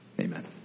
Amen